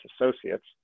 associates